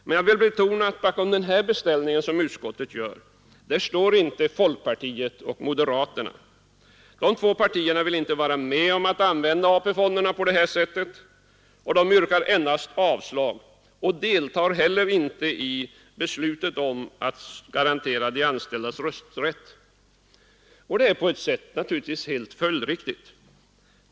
Men jag vill betona att bakom den beställning som utskottet gör står inte folkpartiet och moderaterna. De två partierna vill inte vara med om att AP-fonderna används på det här sättet. De yrkar endast avslag och deltar inte heller i beslutet om att garantera de anställda rösträtt. Det är på ett sätt naturligtvis följdriktigt.